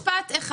משפט אחד.